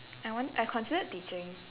I want~ I considered teaching